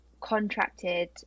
contracted